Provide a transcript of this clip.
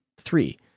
Three